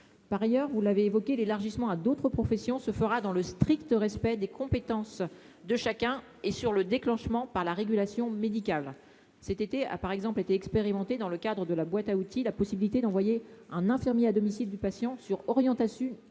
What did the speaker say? par ailleurs, vous l'avez évoqué l'élargissement à d'autres professions se fera dans le strict respect des compétences de chacun et sur le déclenchement par la régulation médicale cet été, a par exemple été expérimentés dans le cadre de la boîte à outils, la possibilité d'envoyer un infirmier à domicile du patient sur orienta sus